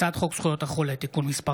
הצעת חוק זכויות החולה (תיקון מס'